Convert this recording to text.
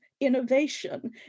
innovation